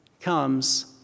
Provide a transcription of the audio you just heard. comes